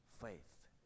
faith